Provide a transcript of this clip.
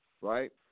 right